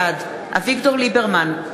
בעד אביגדור ליברמן,